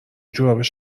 جورابش